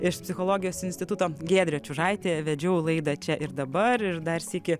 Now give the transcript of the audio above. iš psichologijos instituto giedrė čiužaitė vedžiau laidą čia ir dabar ir dar sykį